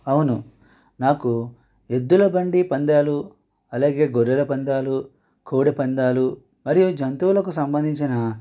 అవును నాకు ఎద్దుల బండి పందాలు అలాగే గొర్రెల పందాలు కోడి పందాలు మరియు జంతువులకు సంబంధించిన